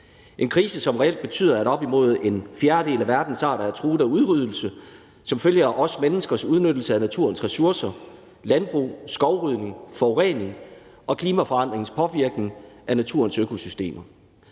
en krise, som reelt betyder, at op imod en fjerdedel af verdens arter er truet af udryddelse som følge af vi menneskers udnyttelse af naturens ressourcer, landbrug, skovrydning, forurening og klimaforandringernes påvirkning af naturens økosystemer.